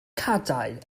cadair